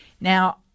Now